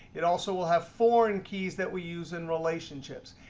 it also will have foreign keys that we use in relationships.